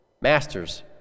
Masters